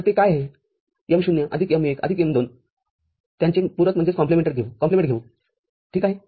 तर ते काय आहे m० आदिक m१ आदिक m२ त्याचे पूरकघेऊठीक आहे